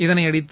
இதனையடுத்து